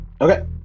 Okay